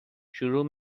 شروع